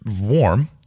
warm